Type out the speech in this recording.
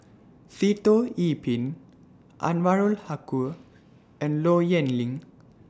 Sitoh Yih Pin Anwarul Haque and Low Yen Ling